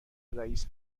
رئیس